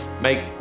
make